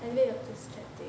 I mean I'm distracting